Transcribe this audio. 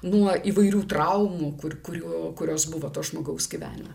nuo įvairių traumų kur kuriuo kurios buvo to žmogaus gyvenime